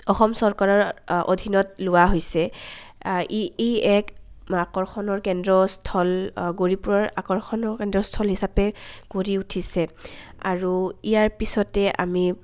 অসম চৰকাৰৰ অধীনত লোৱা হৈছে ই ই এক আকৰ্ষণৰ কেন্দ্ৰ স্থল গৌৰিপুৰৰ আকৰ্ষণৰ কেন্দ্ৰস্থল হিচাপে কৰি উঠিছে আৰু ইয়াৰ পিছতে আমি